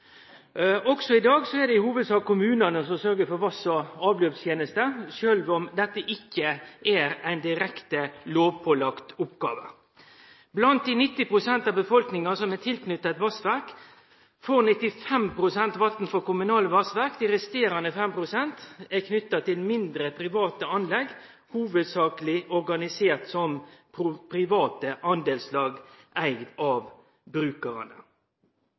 Også i dag er det i hovudsak kommunane som sørgjer for vass- og avløpstenester, sjølv om dette ikkje er ei direkte lovpålagd oppgåve. Blant dei 90 pst. av befolkninga som er tilknytte eit vassverk, får 95 pst. vatn frå kommunale vassverk. Dei resterande 5 pst. er knytte til mindre, private anlegg, hovudsakleg organiserte som private partlag åtte av brukarane.